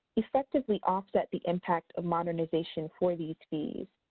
effectively offsets the impact of modernization for these fees.